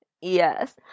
Yes